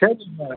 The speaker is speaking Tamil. சரிங்க